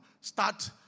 Start